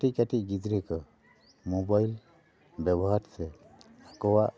ᱠᱟᱹᱴᱤᱡ ᱠᱟᱹᱴᱤᱡ ᱜᱤᱫᱽᱨᱟᱹ ᱠᱚ ᱢᱳᱵᱟᱭᱤᱞ ᱵᱮᱵᱚᱦᱟᱨᱛᱮ ᱟᱠᱚᱣᱟᱜ